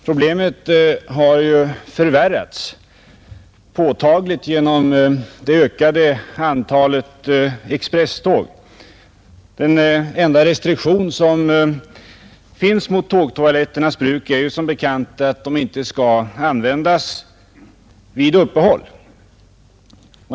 Problemet har påtagligt förvärrats genom det ökade antalet expresståg. Den enda restriktion som finns för användning av tågtoaletterna är som bekant att de inte skall användas vid uppehåll.